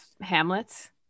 Hamlet